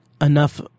enough